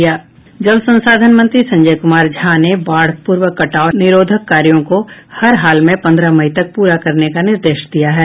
जल संसाधन मंत्री संजय कुमार झा ने बाढ़ पूर्व कटाव निरोधक कार्यों को हर हाल में पन्द्रह मई तक पूरा करने का निर्देश दिया है